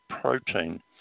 protein